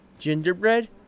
gingerbread